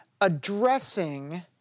addressing